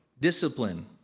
discipline